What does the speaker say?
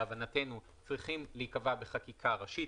להבנתנו צריכים להיקבע בחקיקה ראשית,